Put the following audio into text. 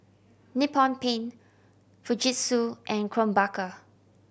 Nippon Paint Fujitsu and Krombacher